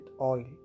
oil